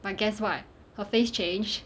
but guess what her face change